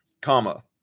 comma